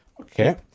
Okay